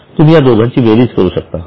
तुम्ही या दोघांची बेरीज करू शकता